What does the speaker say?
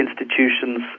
institutions